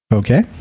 okay